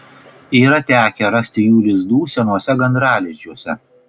yra tekę rasti jų lizdų senuose gandralizdžiuose